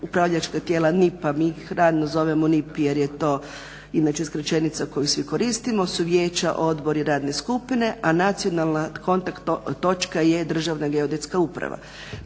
upravljačka tijela NIP-a, mi ih radno zovemo NIP jer je to inače skraćenica koju svi koristima, su vijeća odbori, radne skupine a nacionalna kontakt točka je Državna geodetska uprava.